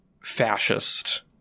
fascist